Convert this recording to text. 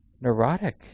neurotic